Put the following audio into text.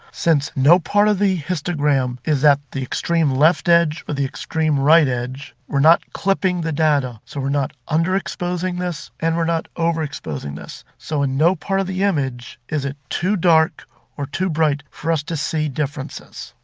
since no part of the histogram is at the extreme left edge or the extreme right edge, we're not clipping the data so we're not underexposing underexposing this and we're not overexposing this. so in no part of the image is it too dark or too bright for us to see differences.